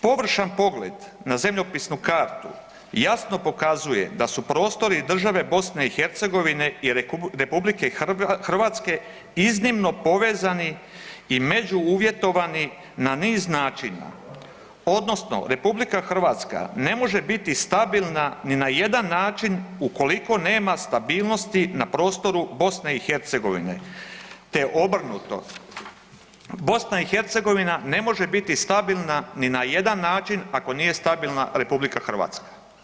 Površan pogled na zemljopisnu kartu jasno pokazuje da su prostori države BiH i RH iznimno povezani i među uvjetovani na niz načina odnosno RH ne može biti stabilan ni na jedan način ukoliko nema stabilnosti na prostoru BiH, te obrnuto, BiH ne može biti stabilna ni na jedan način ako nije stabilna RH.